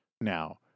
now